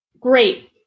Great